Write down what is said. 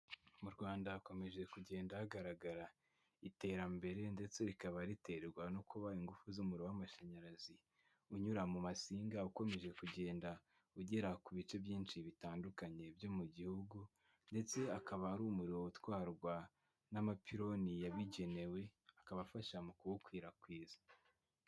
Mu rRwanda hakomeje kugenda hagaragara iterambere, ndetse rikaba riterwa no kuba ingufu z'umuriro w'amashanyarazi unyura mu masinga ukomeje kugenda ugera ku bice byinshi bitandukanye byo mu gihugu, ndetse akaba ari umuriro utwarwa n'amapiloni yabigenewe akabafasha mu kuwukwirakwiza.